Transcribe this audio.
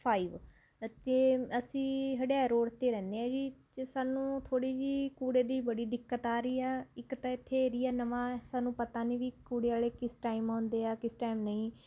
five ਅਤੇ ਅਸੀਂ Hyundai road 'ਤੇ ਰਹਿੰਦੇ ਆ ਜੀ ਅਤੇ ਸਾਨੂੰ ਥੋੜ੍ਹੀ ਜਿਹੀ ਕੂੜੇ ਦੀ ਬੜੀ ਦਿੱਕਤ ਆ ਰਹੀ ਆ ਇੱਕ ਤਾਂ ਇੱਥੇ ਏਰੀਆ ਨਵਾਂ ਸਾਨੂੰ ਪਤਾ ਨਹੀਂ ਵੀ ਕੂੜੇ ਵਾਲੇ ਕਿਸ ਟਾਈਮ ਆਉਂਦੇ ਆ ਕਿਸ ਟਾਈਮ ਨਹੀਂ